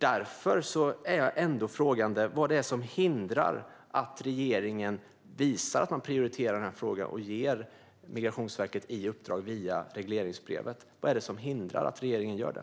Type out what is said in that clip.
Därför undrar jag vad det är som hindrar att regeringen visar att man prioriterar den här frågan och ger Migrationsverket ett uppdrag via regleringsbrevet. Vad är det som hindrar att regeringen gör det?